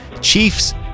Chiefs